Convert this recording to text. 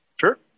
Sure